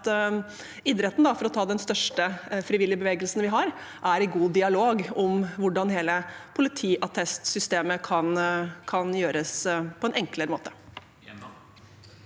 idretten, for å ta den største frivillige bevegelsen vi har, er i god dialog om hvordan hele politiattestsystemet kan gjøres på en enklere måte.